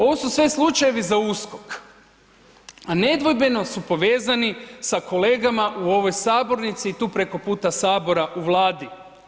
Ovo su sve slučajevi za USKOK, a nedvojbeno su povezani sa kolegama u ovoj sabornici tu preko puta Sabora u Vladi.